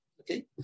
Okay